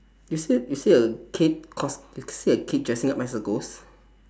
you see you see a kid cos~ you see a kid dressing up as a ghost